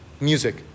music